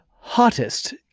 Hottest